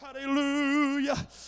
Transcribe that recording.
Hallelujah